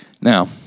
Now